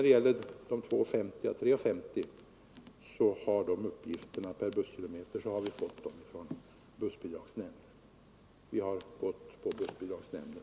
Uppgiften om 2:50 å 3:50 kronor per busskilometer har vi fått från bussbidragsnämnden.